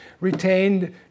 retained